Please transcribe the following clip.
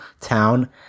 town